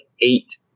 eight